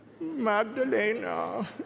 Magdalena